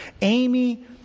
Amy